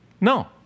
No